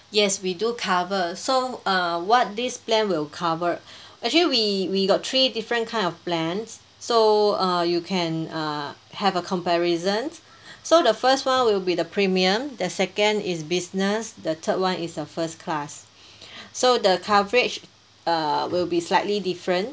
yes we do cover so uh what this plan will cover actually we we got three different kind of plans so uh you can uh have a comparison so the first one will be the premium the second is business the third one is the first class so the coverage err will be slightly different